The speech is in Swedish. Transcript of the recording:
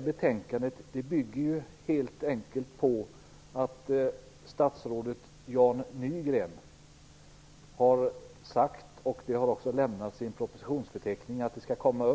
Betänkandet bygger helt enkelt på att det förre statsrådet Jan Nygren har sagt - och det har också angetts i en propositionsförteckning - att dessa förslag